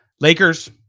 Lakers